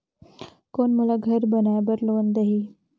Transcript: कौन मोला घर बनाय बार लोन देही?